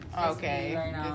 Okay